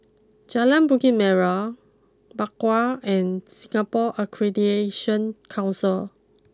Jalan Bukit Merah Bakau and Singapore Accreditation Council